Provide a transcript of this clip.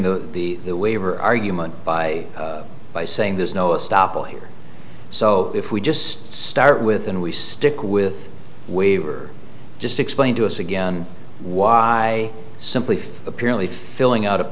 the waiver argument by by saying there's no us stoppel here so if we just start with and we stick with waiver just explain to us again why simply apparently filling out a